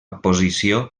posició